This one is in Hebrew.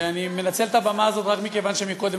ואני מנצל את הבמה הזאת רק מכיוון שקודם